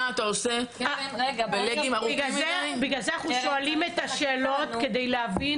בגלל זה אנחנו שואלים את השאלות, כדי להבין.